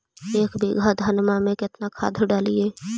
एक बीघा धन्मा में केतना खाद डालिए?